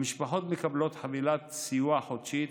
המשפחות מקבלות חבילת סיוע חודשית